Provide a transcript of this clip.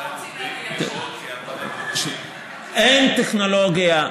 1,200 עובדים ועוד, אין טכנולוגיה,